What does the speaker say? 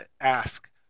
ask